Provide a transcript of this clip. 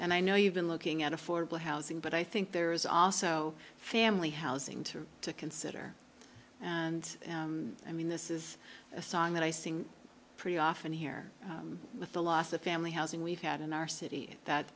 and i know you've been looking at affordable housing but i think there's also family housing too to consider and i mean this is a song that i sing pretty often here with the loss of family housing we've had in our city that